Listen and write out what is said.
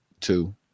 two